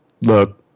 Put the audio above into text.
look